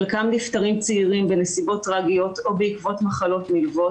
חלקם נפטרים צעירים בנסיבות טרגיות או בעקבות מחלות נלוות.